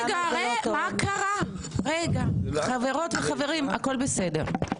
רגע, חברות וחברים, הכול בסדר.